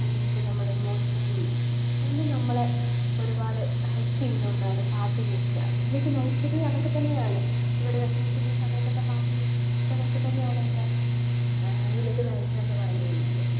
അല്ലെങ്കിൽ നമ്മളെ ഇമോഷണലി അങ്ങനെ നമ്മളെ ഒരുപാട് ഹെൽപ്പെയിന്നൊന്നാണ് പാട്ടു കേൾക്കുക അതിലേക്കു നയിച്ചത് അതൊക്കെത്തന്നെയാണ് ഇവിടെ വിഷമിച്ചിരുന്ന സമയത്തൊക്കെ പാട്ടു കേട്ടതൊക്കെത്തന്നെയാണ് എന്നെ ഇതിലേക്കു നയിച്ചതെന്നു പറഞ്ഞു കഴിഞ്ഞാൽ